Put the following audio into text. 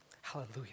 Hallelujah